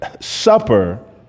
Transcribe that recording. supper